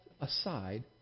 aside